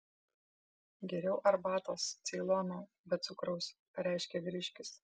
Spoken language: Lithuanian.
geriau arbatos ceilono be cukraus pareiškė vyriškis